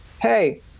hey